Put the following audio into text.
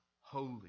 holy